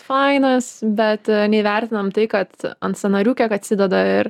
fainas bet neįvertinam tai kad ant sąnarių kiek atsideda ir